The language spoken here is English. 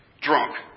Drunk